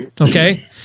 Okay